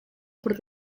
por